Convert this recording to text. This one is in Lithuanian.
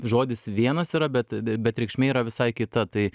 žodis vienas yra bet bet reikšmė yra visai kita tai